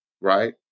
right